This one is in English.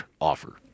offer